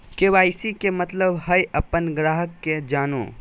KYC के मतलब हइ अपन ग्राहक के जानो